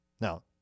Now